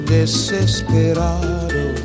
desesperado